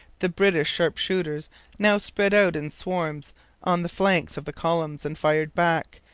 the british sharp-shooters now spread out in swarms on the flanks of the columns and fired back,